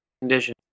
condition